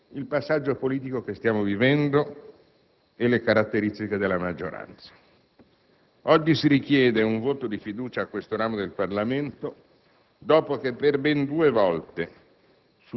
al passaggio politico che stiamo vivendo e alle caratteristiche della maggioranza, oggi si richiede un voto di fiducia a questo ramo del Parlamento dopo che per ben due volte,